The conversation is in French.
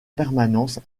permanence